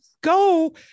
go